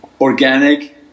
Organic